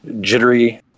jittery